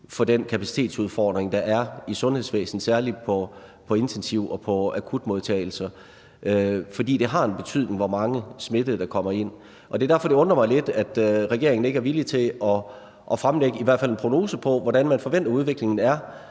for den kapacitetsudfordring, der er i sundhedsvæsenet, særlig på intensivafdelinger og på akutmodtagelser, hvor mange smittede der kommer ind, og det er derfor, det undrer mig lidt, at regeringen ikke er villig til at fremlægge i hvert fald en prognose for, hvordan man forventer udviklingen vil